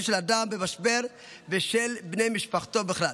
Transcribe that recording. של האדם במשבר ושל בני משפחתו בכלל.